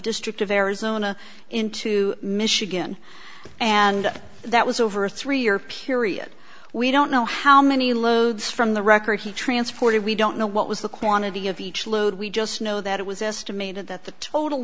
district of arizona into michigan and that was over a three year period we don't know how many loads from the record he transported we don't know what was the quantity of each load we just know that it was estimated that the total